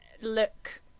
look